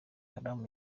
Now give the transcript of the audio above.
haram